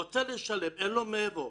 הוא רוצה לשלם, אין לו מאיפה.